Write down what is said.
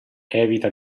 evita